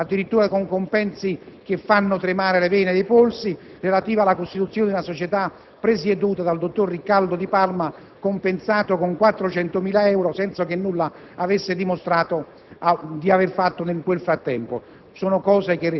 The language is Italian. di informatica con 100 dipendenti, addirittura con compensi che fanno tremare le vene ai polsi, relativi alla costituzione di una società presieduta dal dottor Riccardo Di Palma, compensato con 400.000 euro senza che nulla avesse dimostrato